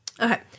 okay